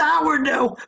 sourdough